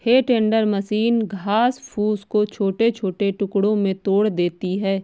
हे टेंडर मशीन घास फूस को छोटे छोटे टुकड़ों में तोड़ देती है